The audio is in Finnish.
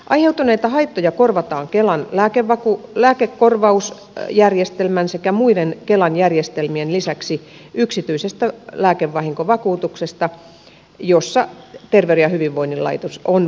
aiheutuneita haittoja korvataan kelan lääkekorvausjärjestelmän sekä muiden kelan järjestelmien lisäksi yksityisestä lääkevahinkovakuutuksesta jossa terveyden ja hyvinvoinnin laitos on vakuutuksen ottaja